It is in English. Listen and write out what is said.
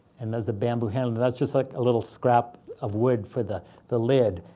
and there's the bamboo handle. but just like a little scrap of wood for the the lid.